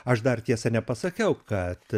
aš dar tiesa nepasakiau kad